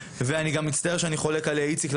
ואני מצטער שאני חולק על איציק,